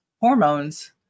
hormones